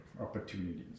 opportunities